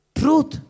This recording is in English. truth